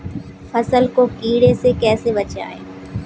फसल को कीड़े से कैसे बचाएँ?